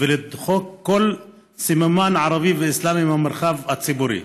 ולדחוק כל סממן ערבי ואסלאמי מהמרחב הציבורי.